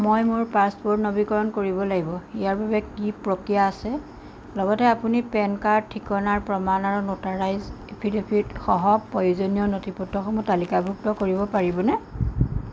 মই মোৰ পাছপোৰ্ট নৱীকৰণ কৰিব লাগিব ইয়াৰ বাবে কি প্ৰক্ৰিয়া আছে লগতে আপুনি পেন কাৰ্ড ঠিকনাৰ প্ৰমাণ আৰু নোটাৰাইজড এফিডেভিটসহ প্ৰয়োজনীয় নথিপত্ৰসমূহ তালিকাভুক্ত কৰিব পাৰিবনে